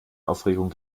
aufregung